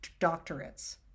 doctorates